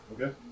Okay